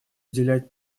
уделять